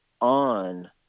on